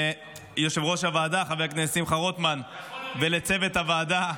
ליושב-ראש הוועדה חבר הכנסת שמחה רוטמן ולצוות הוועדה,